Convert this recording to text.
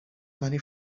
money